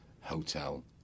hotel